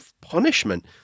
punishment